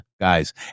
guys